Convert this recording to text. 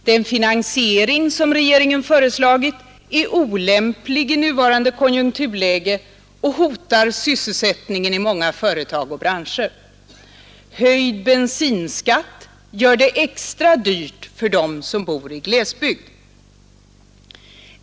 Den finansiering som regeringen föreslagit är olämplig i nuvarande konjunkturläge och hotar sysselsättningen i många företag och branscher. Höjd bensinskatt gör det extra dyrt för dem som bor i glesbygd.